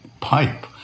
pipe